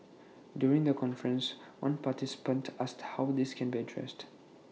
during the conference one participant asked how this can be addressed